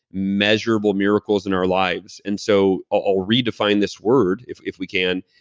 measurable miracles in our lives. and so i'll redefine this word, if if we can,